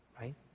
right